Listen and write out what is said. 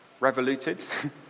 revoluted